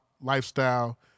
lifestyle